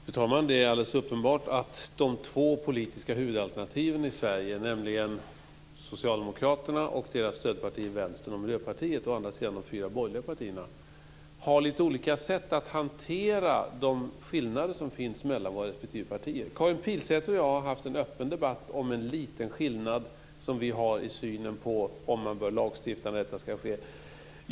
Fru talman! Det är alldeles uppenbart att de två politiska huvudalternativen i Sverige, nämligen å ena sidan Socialdemokraterna och deras stödpartier Vänstern och Miljöpartiet och å den andra sidan de fyra borgerliga partierna, har lite olika sätt att hantera de skillnader som finns mellan våra respektive partier. Karin Pilsäter och jag har haft en öppen debatt om en liten skillnad som vi har i synen på om man bör lagstifta och när detta ska ske.